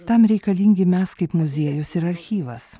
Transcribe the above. tam reikalingi mes kaip muziejus ir archyvas